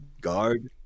Guard